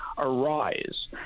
Arise